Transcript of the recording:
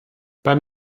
beim